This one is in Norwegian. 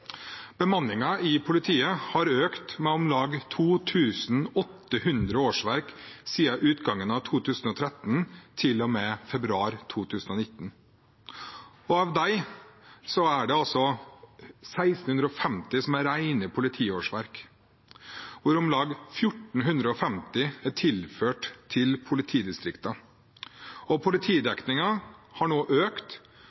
i politiet har økt med om lag 2 800 årsverk fra utgangen av 2013 til og med februar 2019. Av dem er det 1 650 som er rene politiårsverk, hvor om lag 1 450 er tilført